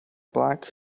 black